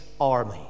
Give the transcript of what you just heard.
Army